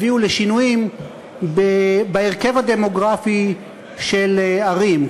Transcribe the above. הביאו לשינויים בהרכב הדמוגרפי של ערים.